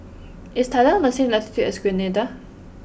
is Thailand on the same latitude as Grenada